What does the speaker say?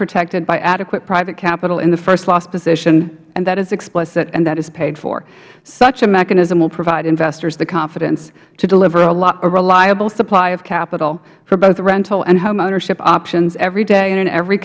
protected by adequate private capital in the first loss position and that is explicit and that is paid for such a mechanism will provide investors the confidence to deliver a reliable supply of capital for both rental and home ownership options every day and in every